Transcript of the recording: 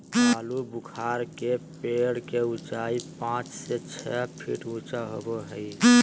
आलूबुखारा के पेड़ के उचाई पांच से छह फीट ऊँचा होबो हइ